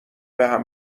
بهم